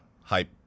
hype